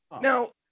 Now